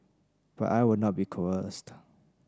but I will not be coerced